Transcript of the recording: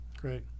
Great